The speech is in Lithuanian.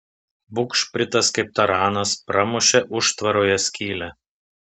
bugšpritas kaip taranas pramušė užtvaroje skylę